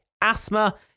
asthma